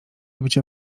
robić